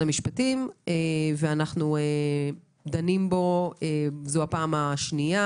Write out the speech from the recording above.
המשפטים ואנחנו דנים בו זו הפעם השנייה